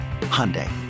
Hyundai